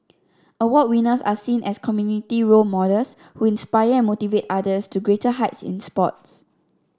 award winners are seen as community role models who inspire and motivate others to greater heights in sports